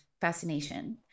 fascination